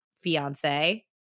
fiance